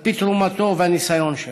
על פי תרומתו והניסיון שלו.